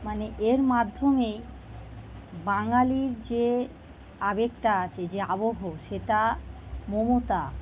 মানে এর মাধ্যমে বাঙালির যে আবেগটা আছে যে আবহ সেটা মমতা